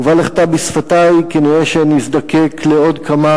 ובל אחטא בשפתי, כנראה נזדקק לעוד כמה